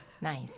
nice